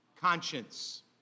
conscience